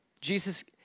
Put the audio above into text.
Jesus